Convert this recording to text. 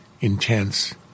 intense